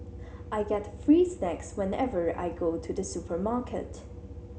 I get free snacks whenever I go to the supermarket